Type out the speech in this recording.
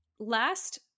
Last